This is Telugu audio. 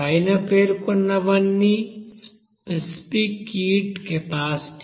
పైన పేర్కొన్నవన్నీ స్పెసిఫిక్ హీట్ కెపాసిటీ